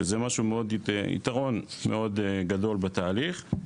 שזה משהו שהוא יתרון מאוד גדול בתהליך.